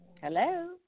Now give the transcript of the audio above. Hello